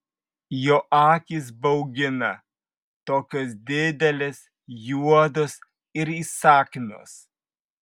jo akys baugina tokios didelės juodos ir įsakmios